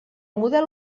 model